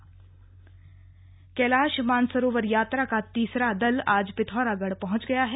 कैलाश मानसरोवर कैलाश मानसरोवर यात्रा का तीसरा दल आज पिथौरागढ़ पहुंच गया है